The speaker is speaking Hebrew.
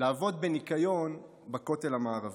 לעבוד בניקיון בכותל המערבי.